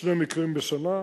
שני מקרים בשנה,